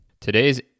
Today's